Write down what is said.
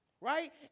Right